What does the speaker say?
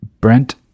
Brent